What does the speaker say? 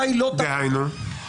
דהיינו?